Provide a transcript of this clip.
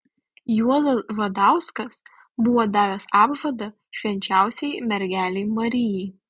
juozas žadauskas buvo davęs apžadą švenčiausiajai mergelei marijai